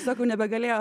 sako nebegalėjo